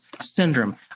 syndrome